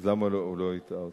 אז למה הוא לא הטעה אותך?